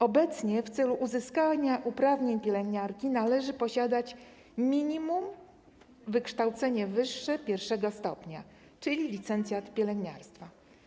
Obecnie w celu uzyskania uprawnień pielęgniarki należy posiadać minimum wykształcenie wyższe I stopnia, czyli licencjat pielęgniarstwa.